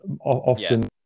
often